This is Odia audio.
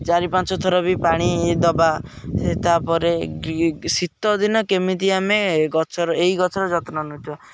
ଚାରି ପାଞ୍ଚ ଥର ବି ପାଣି ଦବା ତା'ପରେ ଶୀତ ଦିନ କେମିତି ଆମେ ଗଛର ଏଇ ଗଛର ଯତ୍ନ ରଖିବା